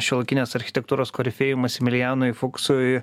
šiuolaikinės architektūros korifėjui maksimilijanui fuksui